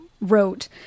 wrote